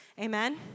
amen